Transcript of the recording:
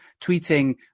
tweeting